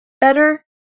better